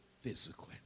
physically